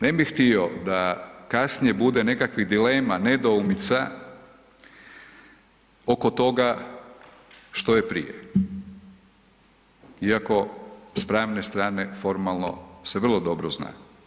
Ne bi htio da kasnije bude nekakvih dilema, nedoumica oko toga što je prije iako s pravne strane formalno se vrlo dobro zna.